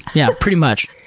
yeah, pretty much.